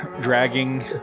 dragging